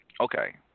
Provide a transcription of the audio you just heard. Okay